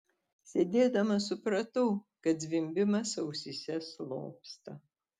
sėdėdama supratau kad zvimbimas ausyse slopsta